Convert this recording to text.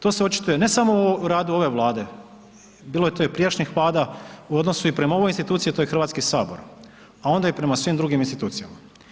To se očituje ne samo u radu ove Vlade, bilo je tu i prijašnjih vlada u odnosu i prema ovoj instituciji, a to Hrvatski sabor, a onda i prema svim drugim institucijama.